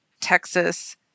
Texas